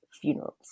funerals